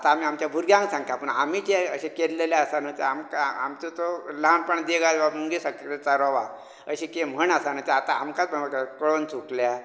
आतां आमी आमच्या भुरग्यांक सांगता पूण आमी जें अशें केल्लें आसा न्हूं तें आमकां आमचो तो ल्हानपण जें काय कितें चरोब आसा अशी तें म्हण आसा आतां आमकांच कळोवन सुटल्या